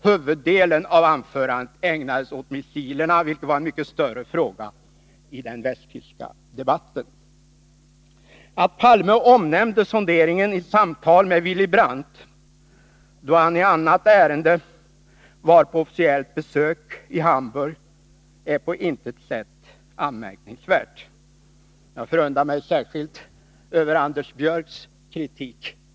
Huvuddelen av anförandet ägnades åt missilerna, vilket var en mycket större fråga i den västtyska debatten. Kärnvapenfri zon Att Palme omnämnde sonderingen i samtal med Willy Brandt, då han i i Europa annat ärende var på officiellt besök i Hamburg, är på intet sätt anmärkningsvärt. Jag förundrar mig särskilt över Anders Björcks kritik.